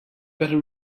better